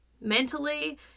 mentally